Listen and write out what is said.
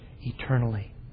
eternally